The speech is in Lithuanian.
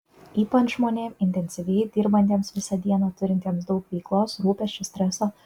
ypač žmonėms intensyviai dirbantiems visą dieną turintiems daug veiklos rūpesčių streso